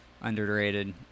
underrated